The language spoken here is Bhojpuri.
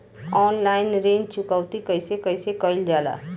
ऑनलाइन ऋण चुकौती कइसे कइसे कइल जाला?